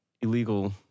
illegal